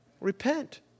Repent